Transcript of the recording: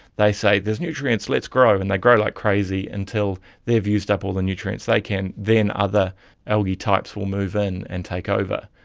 they say, there's nutrients! let's grow! and they grow like crazy until they've used up all the nutrients they can. then other algae types will move in and take over.